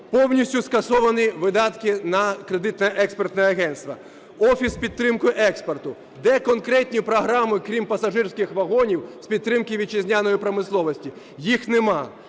Повністю скасовані видатки на Експортно-кредитне агентство, Офіс з підтримки експорту. Де конкретні програми, крім пасажирських вагонів, з підтримки вітчизняної промисловості? Їх нема.